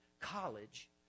college